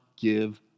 give